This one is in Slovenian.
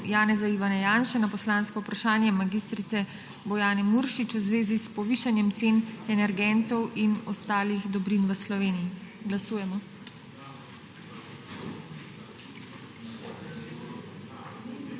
Janeza (Ivana) Janše na poslansko vprašanje mag. Bojane Muršič v zvezi s povišanjem cen energentov in ostalih dobrin v Sloveniji. Glasujemo.